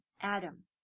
Adam